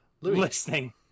Listening